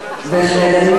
עוד שנים רבות.